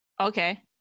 Okay